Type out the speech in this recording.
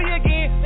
again